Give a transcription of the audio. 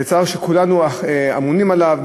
שזה צער שכולנו אמונים עליו,